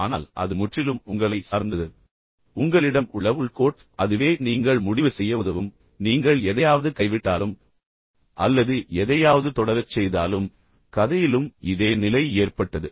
ஆனால் அது முற்றிலும் உங்களை சார்ந்தது உங்களிடம் உள்ள உள் கோட் அதுவே நீங்கள் முடிவு செய்ய உதவும் நீங்கள் எதையாவது கைவிட்டாலும் அல்லது எதையாவது தொடரச் செய்தாலும் கதையிலும் இதே நிலை ஏற்பட்டது